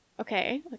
Okay